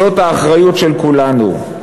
זאת האחריות של כולנו.